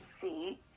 see